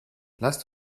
lasst